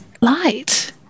Light